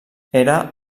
era